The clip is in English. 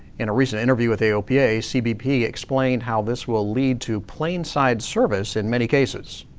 in a recent interview with aopa, cbp explain how this will lead to plane side service, in many cases.